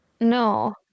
No